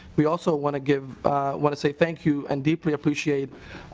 we also want to give want to say thank you and deeply appreciate